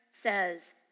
says